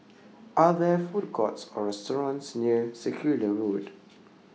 Are There Food Courts Or restaurants near Circular Road